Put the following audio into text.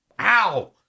Ow